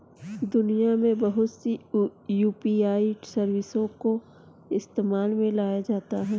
दुनिया में बहुत सी यू.पी.आई सर्विसों को इस्तेमाल में लाया जाता है